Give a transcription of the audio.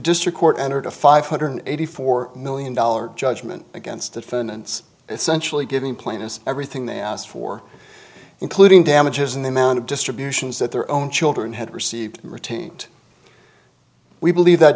district court entered a five hundred eighty four million dollars judgment against the defendants essentially giving plaintiffs everything they asked for including damages in the amount of distributions that their own children had received retained we believe that